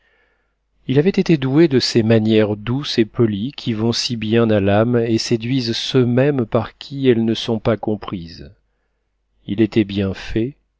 il avait été doué de ces manières douces et polies qui vont si bien à l'âme et séduisent ceux mêmes par qui elles ne sont pas comprises il était bien fait